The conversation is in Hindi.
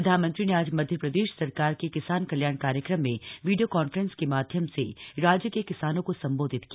प्रधानमंत्री ने आज मध्य प्रदेश सरकार के किसान कल्याण कार्यक्रम में वीडियो कांफ्रेंस के माध्यम से राज्य के किसानों को संबोधित किया